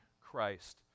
Christ